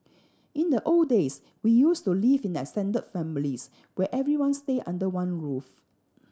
in the old days we used to live in extended families where everyone stayed under one roof